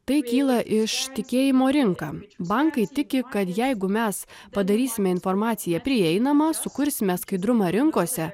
tai kyla iš tikėjimo rinka bankais tiki kad jeigu mes padarysime informaciją prieinamą sukursime skaidrumą rinkose